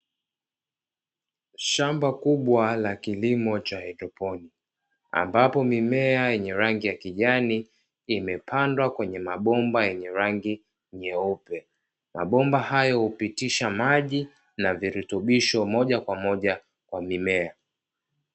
Shamba kubwa la kilimo cha kihaidroponiki, ambapo Mimea yenye rangi ya kijani imepandwa kwenye mabomba yenye rangi nyeupe, Mabomba hayo hupitisha maji na virutubisho Moja kwa Moja kwa mimea.